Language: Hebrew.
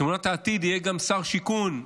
בתמונת העתיד יהיה גם שר שיכון,